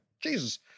Jesus